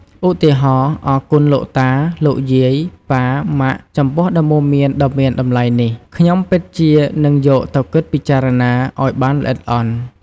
ឧទាហរណ៍ អរគុណលោកតា លោកយាយ ប៉ា ម៉ាក់ ចំពោះដំបូន្មានដ៏មានតម្លៃនេះ ខ្ញុំពិតជានឹងយកទៅគិតពិចារណាឲ្យបានល្អិតល្អន់។